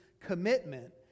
commitment